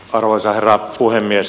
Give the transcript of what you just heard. arvoisa herra puhemies